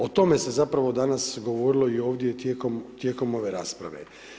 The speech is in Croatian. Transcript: O tome se zapravo danas govorilo i ovdje tijekom ove rasprave.